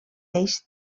eix